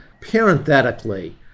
parenthetically